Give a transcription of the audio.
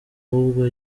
ahubwo